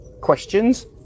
questions